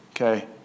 okay